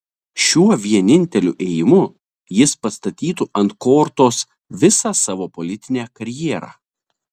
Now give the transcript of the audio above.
šiuo vieninteliu ėjimu jis pastatytų ant kortos visą savo politinę karjerą